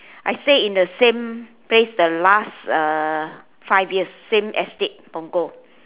I stay in the same place the last uh five years same estate Punggol